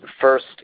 first